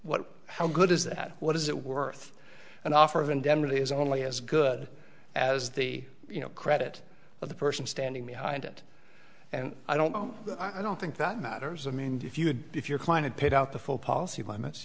what how good is that what is it worth an offer of indemnity is only as good as the you know credit of the person standing behind it and i don't know i don't think that matters i mean if you would if your client paid out the full policy limits